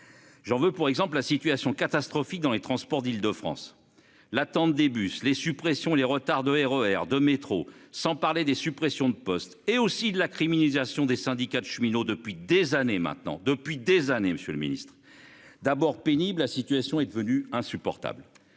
J'en veux pour exemple la situation catastrophique dans les transports d'Île-de-France. L'attendent des bus, les suppressions, les retards de RER de métro sans parler des suppressions de postes et aussi de la criminalisation des syndicats de cheminots depuis des années maintenant depuis des années. Monsieur le Ministre. D'abord pénible. La situation est devenue insupportable.